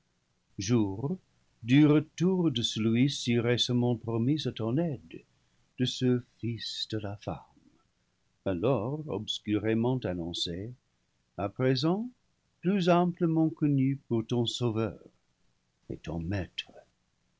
jour du retour de celui si récemment promis à ton aide de ce fils de la femme alors obscurément annoncé à présent plus amplement connu pour ton sauveur et ton maître